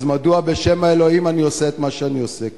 אז מדוע בשם האלוהים אני עושה את מה שאני עושה כעת?